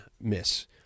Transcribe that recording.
miss